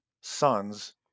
sons